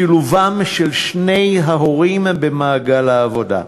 שילובם של שני ההורים במעגל העבודה.